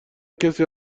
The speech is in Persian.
کسی